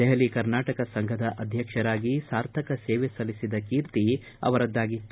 ದೆಹಲಿ ಕರ್ನಾಟಕ ಸಂಘದ ಅಧ್ಯಕ್ಷರಾಗಿ ಸಾರ್ಥಕ ಸೇವೆ ಸಲ್ಲಿಸಿದ ಕೀರ್ತಿ ಅವರದ್ದಾಗಿತ್ತು